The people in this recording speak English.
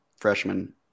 freshman